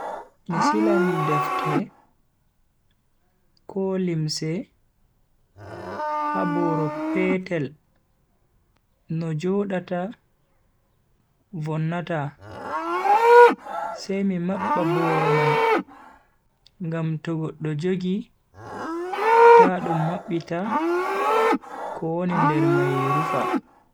Mi silan defte, ko limse ha boro petel no jodata vonnata. sai mi mabba boro mai ngam to goddo jogi ta dum mabbita ko woni nder mai rufa.